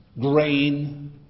grain